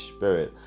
Spirit